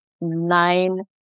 nine